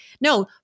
No